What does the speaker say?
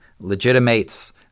legitimates